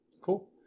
cool